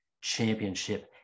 championship